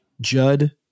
Judd